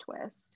twist